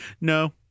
No